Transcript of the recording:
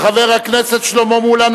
של חבר הכנסת שלמה מולה,